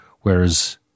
whereas